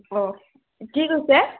অ' কি কৈছে